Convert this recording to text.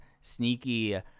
sneaky